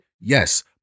Yes